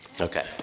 Okay